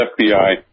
FBI